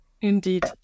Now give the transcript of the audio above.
Indeed